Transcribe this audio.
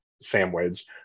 sandwich